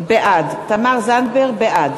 בעד